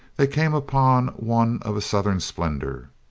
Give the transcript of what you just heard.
they came upon one of a southern splendor.